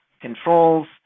controls